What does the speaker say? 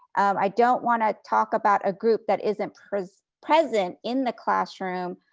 i don't want to talk about a group that isn't present present in the classroom